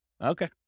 Okay